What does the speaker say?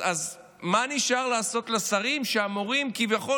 אז מה נשאר לעשות לשרים שאמורים כביכול